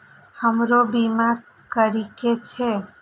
हमरो बीमा करीके छः?